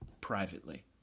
privately